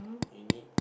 you need